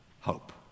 hope